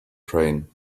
train